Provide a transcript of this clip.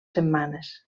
setmanes